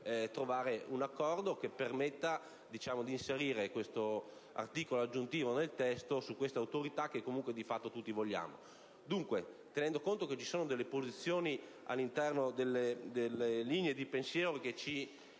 trovare un accordo che permetta di inserire nel testo questo articolo aggiuntivo su questa Autorità che di fatto tutti vogliamo. Dunque, tenendo conto che ci sono delle posizioni all'interno delle linee di pensiero che di